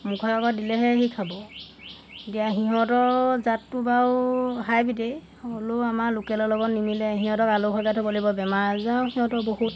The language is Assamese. মুখৰ আগত দিলেহে সি খাব এতিয়া সিহঁতৰ জাতটো বাৰু হাই ব্ৰীডই হ'লেও আমাৰ লোকেলৰ লগত নিমিলে সিহঁতক আলসুৱা থ'ব লাগিব বেমাৰ আজাৰ সিহঁতৰ বহুত